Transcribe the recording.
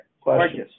questions